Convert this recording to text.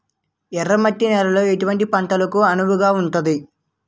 ఎర్ర మట్టి నేలలో ఎటువంటి పంటలకు అనువుగా ఉంటుంది?